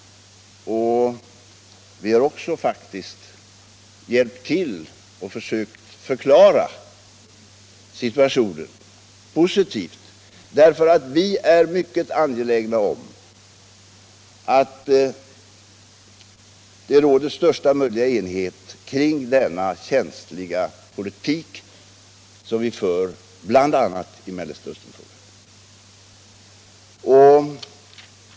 Och vi har faktiskt också försökt hjälpa till att förklara situationen, positivt — vi är mycket angelägna om att det skall råda största möjliga enighet kring den känsliga politik som vi för, bl.a. i Mellersta Östern-frågan.